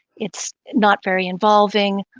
it's not very involving.